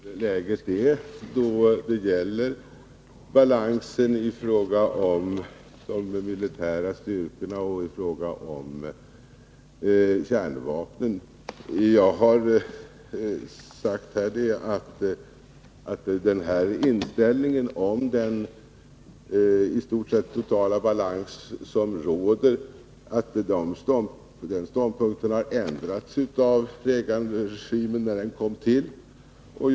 Fru talman! Jag har bara redogjort för hur läget är då det gäller balansen i fråga om de militära styrkorna och kärnvapnen. Vad jag har sagt är att ståndpunkten att det i stort sett råder totalt sett militär balans ändrades av Reaganregimen när den kom till makten.